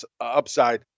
upside